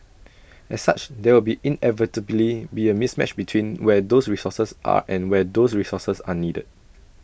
as such there will inevitably be A mismatch between where those resources are and where those resources are needed